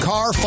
Car